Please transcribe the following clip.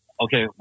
okay